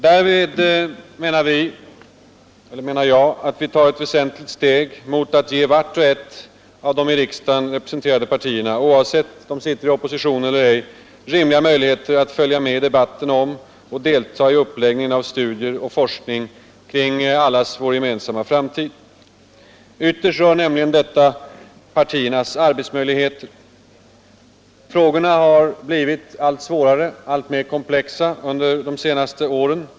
Därmed menar jag att vi tar ett väsentligt steg mot att ge vart och ett av de i riksdagen representerade partierna, oavsett om de står i opposition eller ej, rimliga möjligheter att följa med debatten om — och delta i uppläggningen av — studier och forskning kring allas vår gemensamma framtid. Ytterst rör nämligen detta partiernas arbetsmöjligheter. Frågorna har blivit allt svårare, alltmer komplexa, under de senaste åren.